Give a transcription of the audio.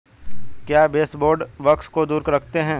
क्या baseboard bugs को दूर रखते हैं?